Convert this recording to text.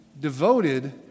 devoted